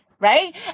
right